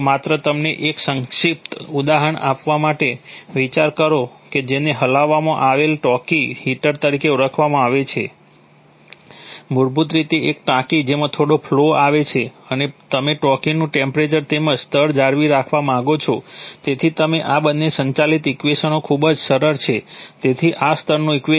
તો માત્ર તમને એક સંક્ષિપ્ત ઉદાહરણ આપવા માટે વિચાર કરો કે જેને હલાવવામાં આવેલ ટાંકી હીટર તરીકે ઓળખવામાં આવે છે મૂળભૂત રીતે એક ટાંકી જેમાં થોડો ફ્લૉ આવે છે અને તમે ટાંકીનું ટેમ્પરેચર તેમજ સ્તર જાળવી રાખવા માંગો છો તેથી તમે આ બે સંચાલિત ઇક્વેશનો ખૂબ જ સરળ છે તેથી આ સ્તરનું ઇક્વેશન છે